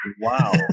Wow